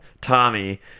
Tommy